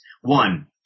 One